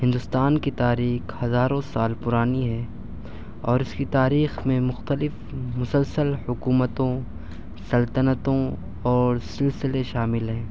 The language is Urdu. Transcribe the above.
ہندوستان کی تاریخ ہزاروں سال پرانی ہے اور اس کی تاریخ میں مختلف مسلسل حکومتوں سلطنتوں اور سلسلے شامل ہیں